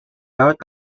out